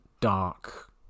dark